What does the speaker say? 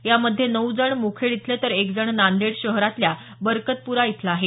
यामध्ये नऊ जण मुखेड इथले तर एक जण नांदेड शहरातल्या बरकतपुरा इथला आहे